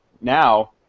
now